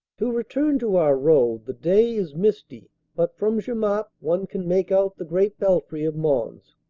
to return to our road. the day is misty, but from jemappes one can make out the great belfry of mons.